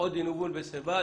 ונאהבים.